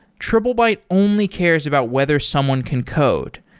triplebyte only cares about whether someone can code.